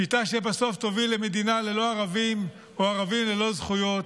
שיטה שבסוף תוביל למדינה ללא ערבים או ערבים ללא זכויות,